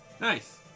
Nice